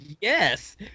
yes